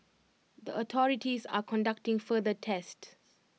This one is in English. the authorities are conducting further tests